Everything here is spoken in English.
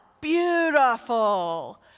beautiful